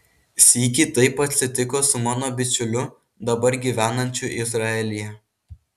sykį taip atsitiko su mano bičiuliu dabar gyvenančiu izraelyje